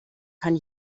kann